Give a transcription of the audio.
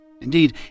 Indeed